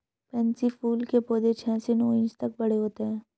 pansy फूल के पौधे छह से नौ इंच तक बड़े होते हैं